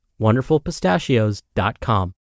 Wonderfulpistachios.com